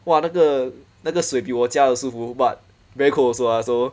!wah! 那个那个水比我家的舒服 but very cold also lah so